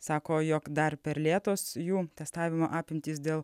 sako jog dar per lėtos jų testavimo apimtys dėl